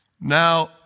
Now